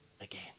again